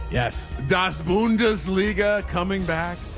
yes. das boone does liga coming back,